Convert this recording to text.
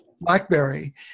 blackberry